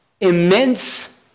immense